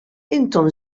intom